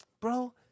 Bro